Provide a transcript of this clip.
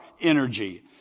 energy